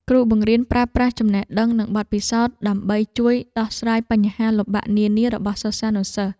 គ្រូបង្រៀនប្រើប្រាស់ចំណេះដឹងនិងបទពិសោធន៍ដើម្បីជួយដោះស្រាយបញ្ហាលំបាកនានារបស់សិស្សានុសិស្ស។